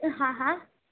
હા હા